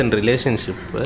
relationship